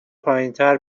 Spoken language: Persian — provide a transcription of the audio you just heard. پایینتر